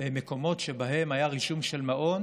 מקומות שבהם היה רישום של מעון